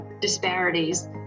disparities